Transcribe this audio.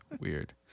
Weird